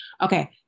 Okay